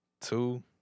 two